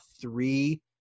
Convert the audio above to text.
three